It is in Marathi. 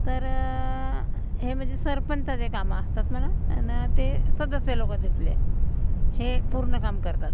तर हे म्हणजे सरपंचाची कामं असतात म्हणा अन ते सदस्य लोक तिथले हे पूर्ण काम करतात